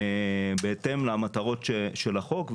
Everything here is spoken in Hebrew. בהתאם למטרות של החוק,